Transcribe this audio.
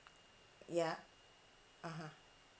ya (uh huh)